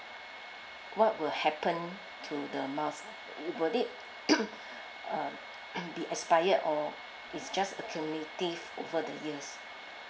what will happen to the miles will it uh be expired or it's just accumulative over the years